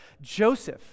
Joseph